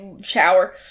shower